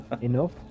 Enough